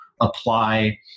apply